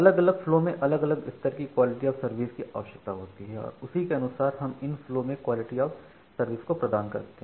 अलग अलग फ्लो में अलग स्तर के क्वालिटी ऑफ़ सर्विस की आवश्यकता होती है और उसी के अनुसार हम इन फ्लो में क्वालिटी ऑफ़ सर्विस प्रदान करते हैं